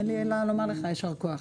ואין לי אלא לומר לך: יישר כוח.